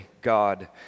God